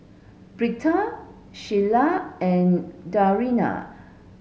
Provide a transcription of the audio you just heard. Britta Shiela and Dariana